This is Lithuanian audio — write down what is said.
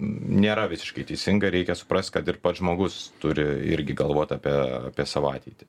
nėra visiškai teisinga reikia suprast kad ir pats žmogus turi irgi galvot apie savo ateitį